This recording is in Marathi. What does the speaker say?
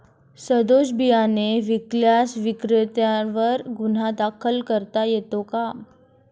सदोष बियाणे विकल्यास विक्रेत्यांवर गुन्हा दाखल करता येतो का?